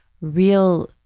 real